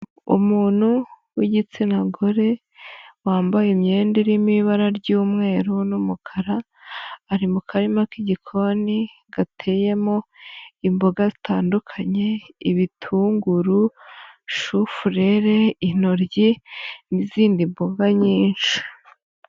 Umuntu w'igitsina gore, wambaye imyenda irimo ibara ry'umweru n'umukara, ari mu karima k'igikoni gateyemo imboga zitandukanye, ibitunguru, shufurere, intoryi n'izindi mboga nyinshi.